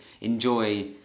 enjoy